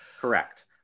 Correct